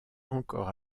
encore